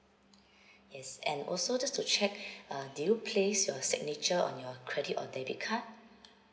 yes and also just to check uh did you place your signature on your credit or debit card